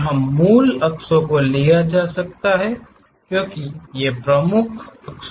यहाँ मूल अक्ष को लिया जा सकता है क्योंकि ये किनारे प्रमुख अक्ष पर हैं